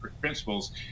principles